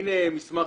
הנה מסמך,